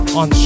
on